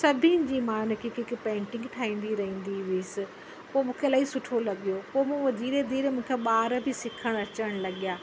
सभिनि जी मां ने हिकु हिकु पेंटिंग ठाहींदी रहंदी हुअसि पोइ मूंखे इलाही सुठो लॻियो पोइ मूं उहो धीरे धीरे मूंखां ॿार बि सिखणु अचणु लॻिया